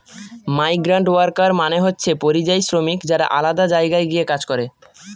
migrant worker মানে হচ্ছে পরিযায়ী শ্রমিক যারা আলাদা জায়গায় গিয়ে কাজ করে